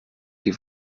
die